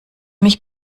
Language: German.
mich